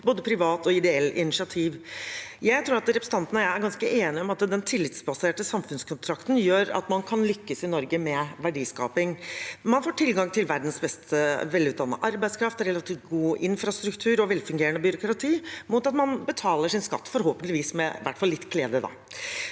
både privat og ideelt initiativ. Jeg tror representanten og jeg er ganske enige om at den tillitsbaserte samfunnskontrakten gjør at man kan lykkes med verdiskaping i Norge. Man får tilgang til verdens mest velutdannede arbeidskraft, relativt god infrastruktur og velfungerende byråkrati mot at man betaler sin skatt, forhåpentligvis med i hvert fall litt glede.